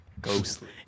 Ghostly